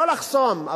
לא לחסום,